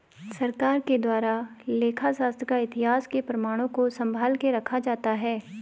सरकार के द्वारा लेखा शास्त्र का इतिहास के प्रमाणों को सम्भाल के रखा जाता है